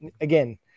again